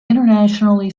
internationally